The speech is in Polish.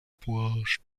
płaszcz